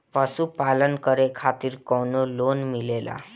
पशु पालन करे खातिर काउनो लोन मिलेला?